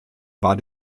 war